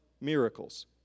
miracles